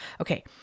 Okay